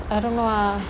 I don't know ah